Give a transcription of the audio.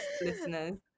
listeners